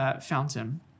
fountain